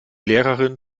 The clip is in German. lehrerin